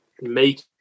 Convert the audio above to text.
make